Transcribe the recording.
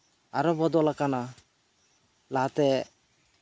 ᱟᱨᱚ ᱵᱚᱫᱚᱞ ᱟᱠᱟᱱᱟ ᱞᱟᱦᱟᱛᱮ